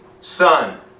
son